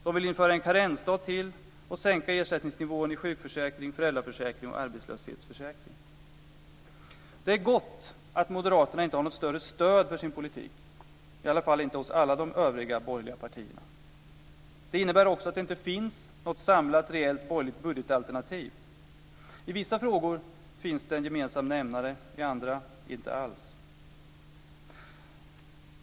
De vill införa en karensdag till och sänka ersättningsnivån i sjukförsäkring, föräldraförsäkring och arbetslöshetsförsäkring. Det är gott att Moderaterna inte har något större stöd för sin politik, i alla fall inte hos alla de övriga borgerliga partierna. Det innebär också att det inte finns något samlat reellt borgerligt budgetalternativ. I vissa frågor finns det en gemensam nämnare, i andra inte alls.